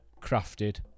crafted